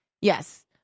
Yes